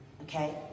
okay